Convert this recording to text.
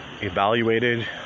evaluated